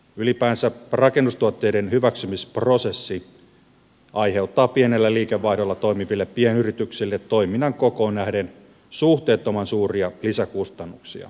ylipäänsä rakennustuotteiden hyväksymisprosessi aiheuttaa pienellä liikevaihdolla toimiville pienyrityksille toiminnan kokoon nähden suhteettoman suuria lisäkustannuksia